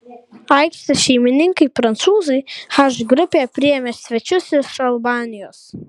aikštės šeimininkai prancūzai h grupėje priėmė svečius iš albanijos